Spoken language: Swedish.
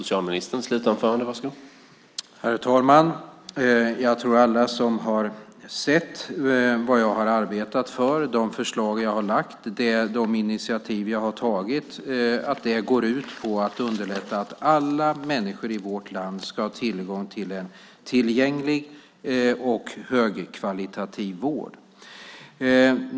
Herr talman! Jag tror att alla som har sett vad jag har arbetat för, de förslag som jag har lagt fram och de initiativ som jag har tagit, vet att det går ut på att underlätta så att alla människor i vårt land ska ha tillgång till en tillgänglig och högkvalitativ vård.